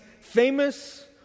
famous